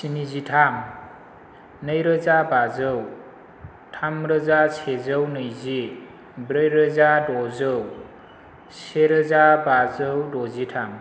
स्निजि थाम नै रोजा बाजौ थाम रोजा सेजौ नैजि ब्रै रोजा द'जौ से रोजा बाजौ द'जि थाम